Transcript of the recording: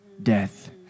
death